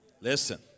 Listen